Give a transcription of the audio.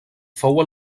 fou